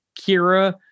Kira